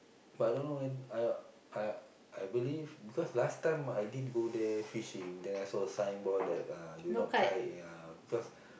but I don't know when I I I believe because last time I did go there fishing then I saw signboard that uh do not kite ya because